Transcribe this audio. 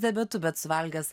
diabetu bet suvalgęs